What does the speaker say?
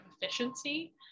efficiency